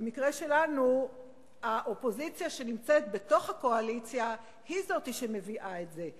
במקרה שלנו האופוזיציה שנמצאת בתוך הקואליציה היא זו שמביאה את זה.